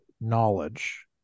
knowledge